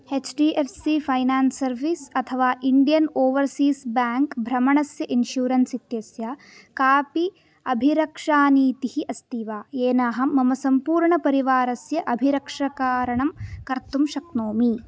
H D F C finance service अथवा Indian Overseas Bank भ्रमणस्य insurance इत्यस्य कापि अभिरक्षानीतिः अस्ति वा येन अहं मम सम्पूर्णपरिवारस्य अभिरक्षाकरणं कर्तुं शक्नोमि